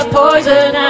poison